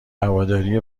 هوادارای